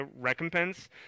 recompense